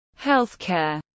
Healthcare